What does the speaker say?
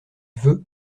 veut